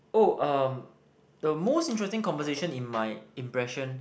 oh um the most interesting conversation in my impression